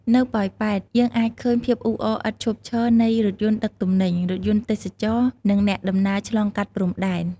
នៅប៉ោយប៉ែត យើងអាចឃើញ ភាពអ៊ូអរឥតឈប់ឈរ នៃរថយន្តដឹកទំនិញ រថយន្តទេសចរណ៍ និងអ្នកដំណើរឆ្លងកាត់ព្រំដែន។